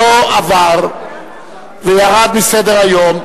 לא עברה, וירדה מסדר-היום.